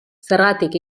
zergatik